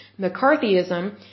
McCarthyism